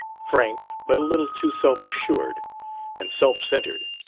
frank, but a little too self-assured and self-centered.